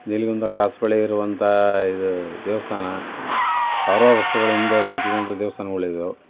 Neelagunda cross ಬಳಿ ಇರುವಂಥ ಇದು ದೇವಸ್ಥಾನ ಸಾವಿರಾರು ವರ್ಷಗಳ ಹಿಂದೆ ಕೆತ್ತಿದಂಥ ದೇವಸ್ಥಾನಗಳಿದು